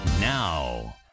now